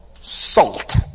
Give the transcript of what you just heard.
salt